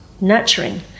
nurturing